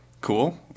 Cool